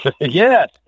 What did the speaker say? Yes